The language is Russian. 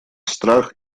страх